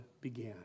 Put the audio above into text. began